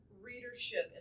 readership